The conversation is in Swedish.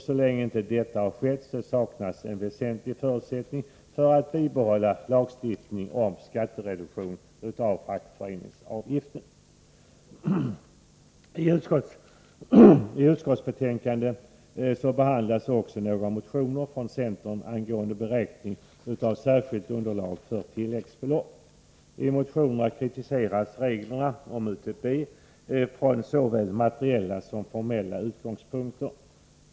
Så länge detta inte har skett saknas en väsentlig förutsättning för att bibehålla lagstiftningen om skattereduktion av fackföreningsavgifter. I utskottsbetänkandet behandlas också några motioner från centern angående beräkningen av särskilt underlag för tilläggsbelopp. I motionerna kritiseras reglerna om UTB från såväl materiella som formella utgångspunkter.